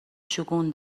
شگون